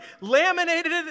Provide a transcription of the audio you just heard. laminated